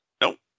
Nope